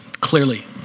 clearly